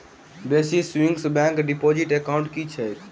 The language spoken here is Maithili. Basic savings bank deposit account की छैक?